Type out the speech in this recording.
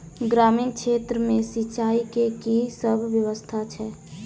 ग्रामीण क्षेत्र मे सिंचाई केँ की सब व्यवस्था छै?